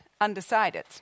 undecided